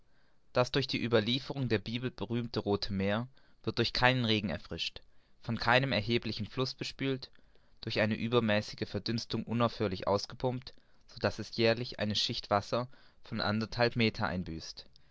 das durch die ueberlieferungen der bibel berühmte rothe meer wird durch keinen regen erfrischt von keinem erheblichen fluß bespült durch eine übermäßige verdünstung unaufhörlich ausgepumpt so daß es jährlich eine schicht wasser von anderthalb meter einbüßt